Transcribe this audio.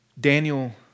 Daniel